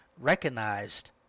recognized